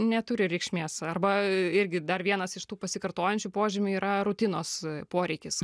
neturi reikšmės arba irgi dar vienas iš tų pasikartojančių požymių yra rutinos poreikis